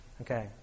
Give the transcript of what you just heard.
Okay